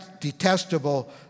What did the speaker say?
detestable